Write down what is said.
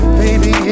baby